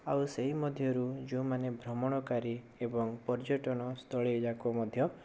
ଆଉ ସେଇ ମଧ୍ୟରୁ ଯେଉଁମାନେ ଭ୍ରମଣକାରୀ ଏବଂ ପର୍ଯ୍ୟଟନ ସ୍ଥଳି ଯାକ ମଧ୍ୟ